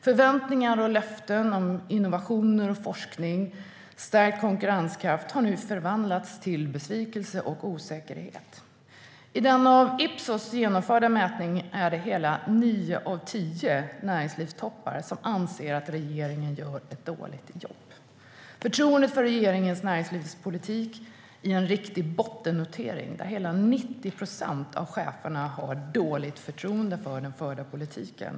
Förväntningar och löften om innovationer, forskning och stärkt konkurrenskraft har nu förvandlats till besvikelse och osäkerhet. I den av Ipsos genomförda mätningen är det hela nio av tio näringslivstoppar som anser att regeringen gör ett dåligt jobb. Förtroendet för regeringens näringslivspolitik är i en riktig bottennotering där hela 90 procent av cheferna har dåligt förtroende för den förda politiken.